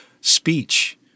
speech